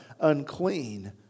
unclean